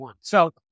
So-